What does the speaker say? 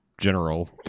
general